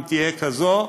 אם תהיה כזו.